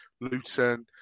luton